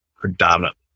predominantly